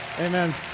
Amen